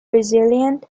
brazilian